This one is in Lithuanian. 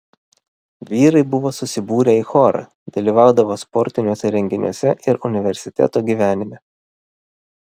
vyrai buvo susibūrę į chorą dalyvaudavo sportiniuose renginiuose ir universiteto gyvenime